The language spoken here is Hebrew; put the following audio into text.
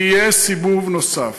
יהיה סיבוב נוסף,